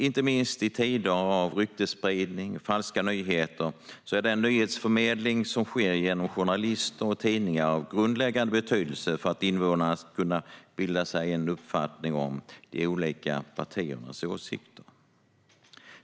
Inte minst i tider av ryktesspridning och falska nyheter är den nyhetsförmedling som sker genom journalister och tidningar av grundläggande betydelse för att invånarna ska kunna bilda sig en uppfattning om de olika partiernas åsikter.